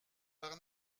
par